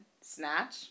snatch